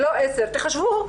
תחשבו,